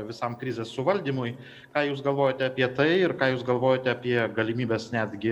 visam krizės suvaldymui ką jūs galvojate apie tai ir ką jūs galvojate apie galimybes netgi